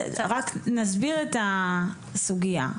רק נסביר את הסוגיה.